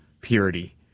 purity